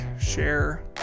share